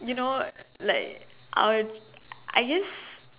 you know like I'd I guess